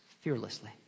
fearlessly